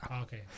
Okay